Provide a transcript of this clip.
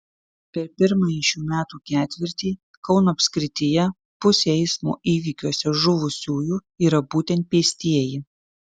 per pirmąjį šių metų ketvirtį kauno apskrityje pusė eismo įvykiuose žuvusiųjų yra būtent pėstieji